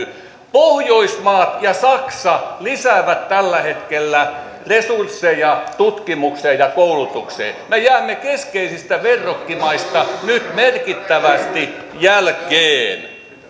pohjoismaat ja saksa lisäävät tällä hetkellä resursseja tutkimukseen ja koulutukseen me jäämme keskeisistä verrokkimaista nyt merkittävästi jälkeen